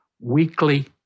weekly